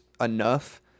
Enough